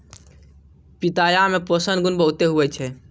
पिताया मे पोषण गुण बहुते हुवै छै